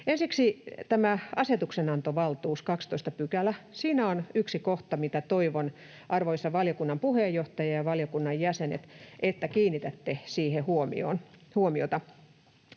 Ensiksi tämä asetuksenantovaltuus, 12 §: siinä on yksi kohta, arvoisa valiokunnan puheenjohtaja ja valiokunnan jäsenet, mihin toivon teidän kiinnittävän huomiota.